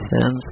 sins